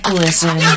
listen